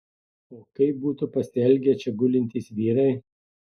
o kaip būtų pasielgę čia gulintys vyrai